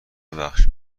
ببخش